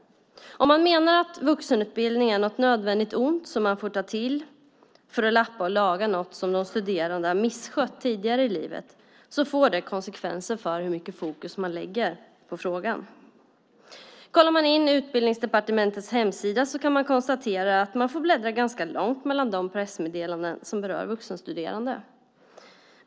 Om man menar att vuxenutbildningen är något nödvändigt ont som man får ta till för att lappa och laga något som de studerande har misskött tidigare i livet får det konsekvenser för hur mycket fokus man lägger på frågan. På Utbildningsdepartementets hemsida får man bläddra ganska långt mellan de pressmeddelanden som berör vuxenstuderande.